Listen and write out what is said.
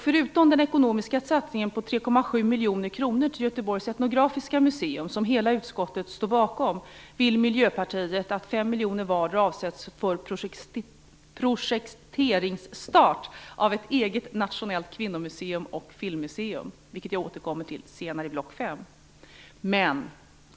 Förutom den ekonomiska satsningen på 3,7 miljoner kronor till Göteborgs etnografiska museum, som hela utskottet står bakom, vill Miljöpartiet att det för projekteringsstart av ett nationellt kvinnomuseum och ett filmmuseum avsätts 5 miljoner kronor till vartdera projektet, vilket jag återkommer till senare under block 5.